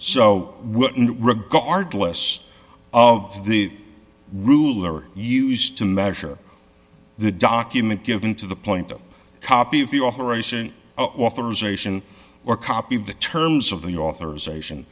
in regardless of the ruler used to measure the document given to the point of a copy of the operation authorization or copy of the terms of the authorization